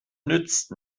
nützt